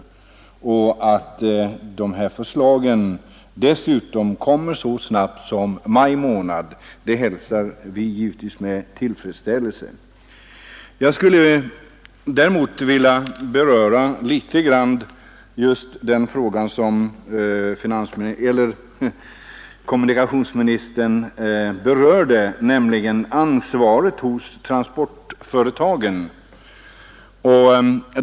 Det är också tillfredsställande att förslag i dessa stycken kommer att framläggas så snabbt som i maj månad i år. Men sedan vill jag beröra den fråga som kommunikationsministern var inne på, nämligen transportföretagens ansvar.